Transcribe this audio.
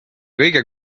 kõige